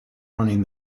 running